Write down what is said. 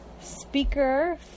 Speaker